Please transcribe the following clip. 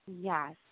Yes